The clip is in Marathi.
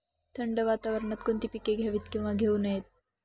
थंड वातावरणात कोणती पिके घ्यावीत? किंवा घेऊ नयेत?